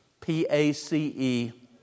P-A-C-E